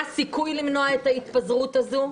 היה סיכוי למנוע את ההתפזרות הזו,